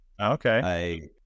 okay